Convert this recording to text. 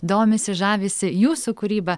domisi žavisi jūsų kūryba